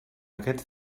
aquests